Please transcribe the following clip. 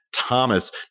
Thomas